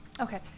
Okay